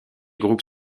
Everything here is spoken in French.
groupe